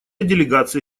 делегация